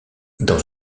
dans